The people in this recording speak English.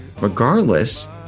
regardless